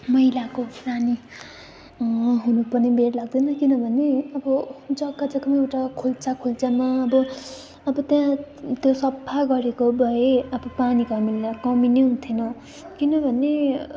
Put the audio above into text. मैलाको रानी हुनु पनि बेर लाग्दैन किनभने अब जग्गा जग्गा एउटा खोल्सा खल्सामा अब अब त्यहाँ त्यो सफा गरेको भए अब पानीको हामीहरूलाई कमी नै हुने थिएन किनभने